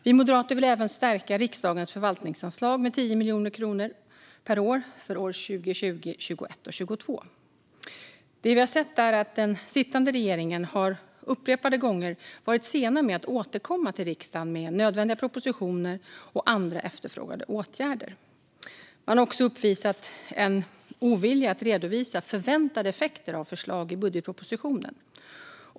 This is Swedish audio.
Vi moderater vill även stärka riksdagens förvaltningsanslag med 10 miljoner kronor per år för åren 2020, 2021 och 2022. Vi har sett att den sittande regeringen upprepade gånger har varit sen med att återkomma till riksdagen med nödvändiga propositioner och andra efterfrågade åtgärder. Man har också uppvisat en ovilja att redovisa förväntade effekter av förslag i budgetpropositionen.